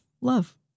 love